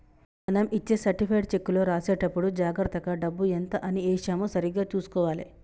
మనం ఇచ్చే సర్టిఫైడ్ చెక్కులో రాసేటప్పుడే జాగర్తగా డబ్బు ఎంత అని ఏశామో సరిగ్గా చుసుకోవాలే